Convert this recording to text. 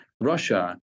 Russia